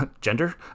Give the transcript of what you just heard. gender